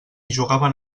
jugaven